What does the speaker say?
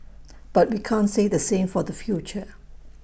but we can't say the same for the future